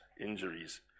injuries